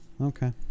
okay